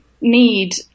need